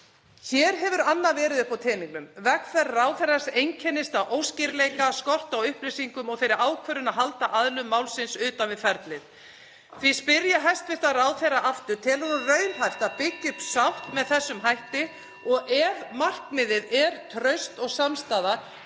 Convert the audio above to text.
Hér hefur annað verið uppi á teningnum. Vegferð ráðherrans einkennist af óskýrleika, skorti á upplýsingum og þeirri ákvörðun að halda aðilum málsins utan við ferlið. Því spyr ég hæstv. ráðherra aftur: Telur hún raunhæft (Forseti hringir.) að byggja upp sátt með þessum hætti? Ef markmiðið er traust og samstaða